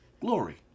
glory